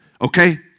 Okay